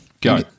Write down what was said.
Go